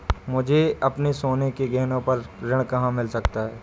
मुझे अपने सोने के गहनों पर ऋण कहाँ मिल सकता है?